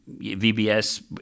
VBS